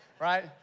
right